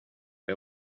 que